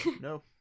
no